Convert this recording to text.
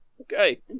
okay